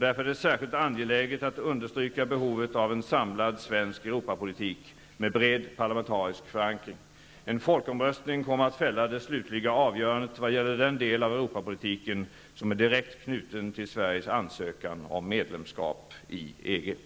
Därför är det särskilt angeläget att understryka behovet av en samlad svensk Europapolitik med bred parlamentarisk förankring. En folkomröstning kommer att fälla det slutliga avgörandet i vad gäller den del av Europapolitiken som är direkt knuten till Sveriges ansökan om medlemskap i EG.